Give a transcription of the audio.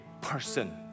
person